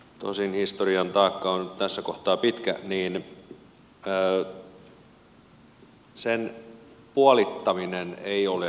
tosin historian taakka on tässä kohtaa pitkä joten puolittaminen ei ole riittävä toimenpide